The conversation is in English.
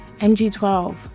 MG12